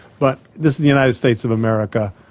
but this is the united states of america.